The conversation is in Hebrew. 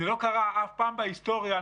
זה לא קרה אף פעם בהיסטוריה.